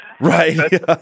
Right